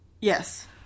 Yes